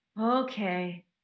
okay